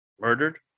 murdered